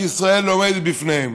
שישראל עומדת בפניהן.